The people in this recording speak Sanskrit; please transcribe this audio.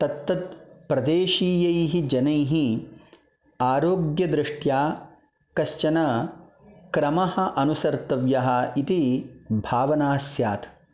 तत्तत् प्रदेशीयैः जनैः आरोग्यदृष्ट्या कश्चन क्रमः अनुसर्तव्यः इति भावना स्यात्